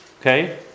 Okay